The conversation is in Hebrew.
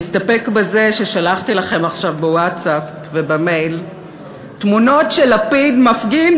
נסתפק בזה ששלחתי לכם עכשיו בווטסאפ ובמייל תמונות של לפיד מפגין